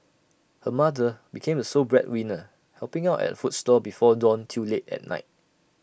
her mother became the sole breadwinner helping out at food stall before dawn till late at night